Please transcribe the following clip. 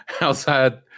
outside